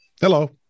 hello